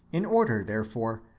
in order, therefore,